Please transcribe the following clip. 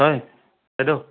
হয় বাইদেউ